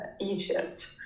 Egypt